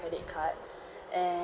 credit card and